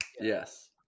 yes